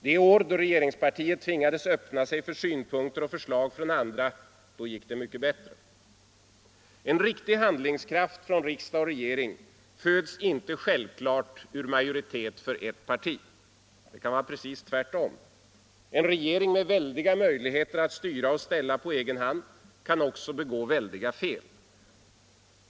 Det år då regeringspartiet tvingades öppna sig för synpunkter och förslag från andra — då gick det mycket bättre. En riktig handlingskraft från riksdag och regering föds inte självklart ur majoritet för ett parti. Det kan vara precis tvärtom. En regering med väldiga möjligheter att styra och ställa på egen hand kan också begå väldiga fel.